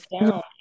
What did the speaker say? down